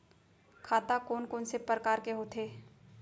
खाता कोन कोन से परकार के होथे?